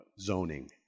zoning